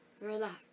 relax